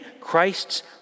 Christ's